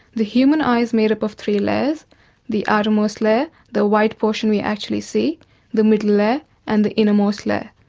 the human eye is made up of three layers the outermost layer, the white portion we actually see the middle layer and the innermost layer.